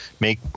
make